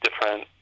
different